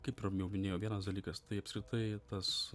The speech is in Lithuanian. kaip ir jau minėjau vienas dalykas tai apskritai tas